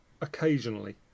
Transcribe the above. occasionally